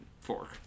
fork